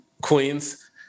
Queens